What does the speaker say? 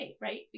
right